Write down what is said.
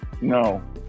No